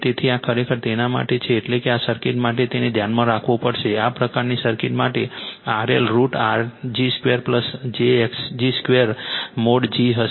તેથી આ ખરેખર તેના માટે છે એટલે કે આ સર્કિટ માટે તેને ધ્યાનમાં રાખવું પડશે આ પ્રકારની સર્કિટ માટે RL √R g 2 j x g 2mod g હશે